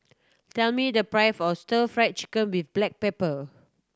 tell me the price of Stir Fried Chicken with black pepper